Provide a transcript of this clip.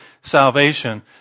salvation